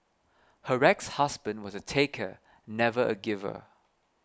her ex husband was a taker never a giver